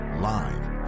Live